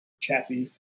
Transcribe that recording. Chappy